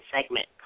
segment